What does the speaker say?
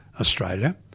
Australia